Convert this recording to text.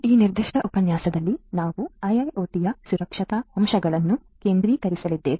ಈ ನಿರ್ದಿಷ್ಟ ಉಪನ್ಯಾಸದಲ್ಲಿ ನಾವು IIoT ಯ ಸುರಕ್ಷತಾ ಅಂಶಗಳನ್ನು ಕೇಂದ್ರೀಕರಿಸಲಿದ್ದೇವೆ